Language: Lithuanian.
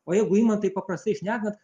o jeigu ima taip paprastai šnekant